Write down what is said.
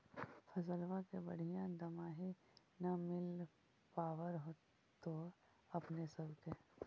फसलबा के बढ़िया दमाहि न मिल पाबर होतो अपने सब के?